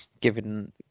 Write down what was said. given